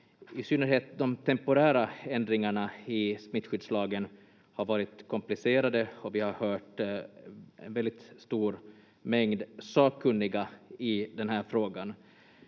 I synnerhet de temporära ändringarna i smittskyddslagen har varit komplicerade och vi har hört en väldigt stor mängd sakkunniga i den här frågan.